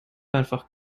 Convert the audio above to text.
einfach